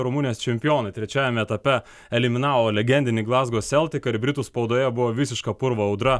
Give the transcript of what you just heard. rumunijos čempionai trečiajame etape eliminavo legendinį glazgo seltiką ir britų spaudoje buvo visiška purvo audra